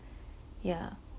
yeah